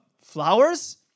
flowers